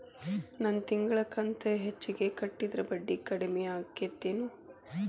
ನನ್ ತಿಂಗಳ ಕಂತ ಹೆಚ್ಚಿಗೆ ಕಟ್ಟಿದ್ರ ಬಡ್ಡಿ ಕಡಿಮಿ ಆಕ್ಕೆತೇನು?